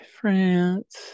france